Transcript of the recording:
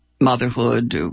motherhood